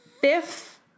fifth